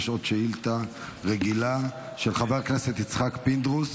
יש עוד שאילתה רגילה של חבר הכנסת יצחק פינדרוס